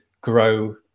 grow